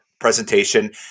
presentation